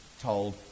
told